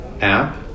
app